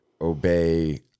obey